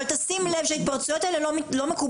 אבל תשים לב שההתפרצויות האלה לא מקובלות.